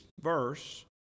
verse